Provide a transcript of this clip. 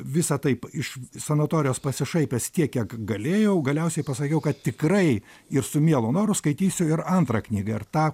visa taip iš sanatorijos pasišaipęs tiek kiek galėjau galiausiai pasakiau kad tikrai ir su mielu noru skaitysiu ir antrą knygą ir tą